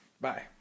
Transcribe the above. Bye